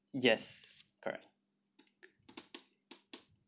yes correct